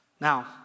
Now